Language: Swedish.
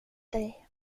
dig